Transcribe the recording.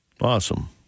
Awesome